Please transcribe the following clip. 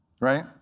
right